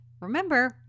Remember